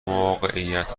موقعیت